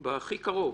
בהכי קרוב.